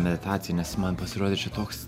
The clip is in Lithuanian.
meditacinės man pasirodė čia toks